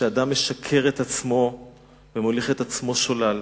כשאדם משקר לעצמו ומוליך את עצמו שולל.